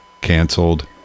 canceled